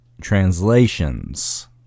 translations